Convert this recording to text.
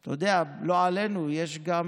אתה יודע, לא עלינו, יש גם